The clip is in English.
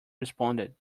responded